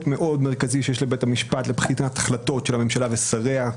מאוד מרכזי שיש לבית המשפט לבחינת החלטות של ממשלה ושריה,